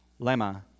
lemma